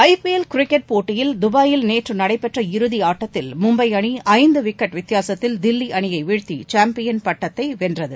ஐ P L cricket போட்டியில் துபாயில் நேற்று நடைபெற்ற இறுதியாட்டத்தில் மும்பை அணி ஐந்து விக்கெட் வித்தியாசத்தில் தில்லி அணியை வீழத்தி சாம்பியன் பட்டத்தை வென்றது